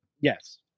Yes